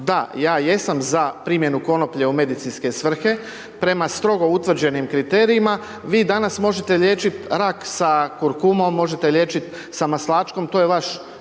Da, ja jesam za primjenu konoplje u medicinske svrhe prema strogo utvrđenim kriterijima. Vi danas možete liječiti rak sa kurkumom, možete liječit sa maslačkom, to je vaš